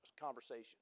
conversation